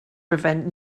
prevent